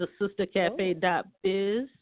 thesistercafe.biz